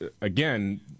again